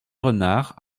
renard